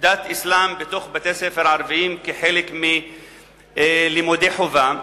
דת האסלאם בתוך בתי-ספר הערביים כחלק מלימודי חובה,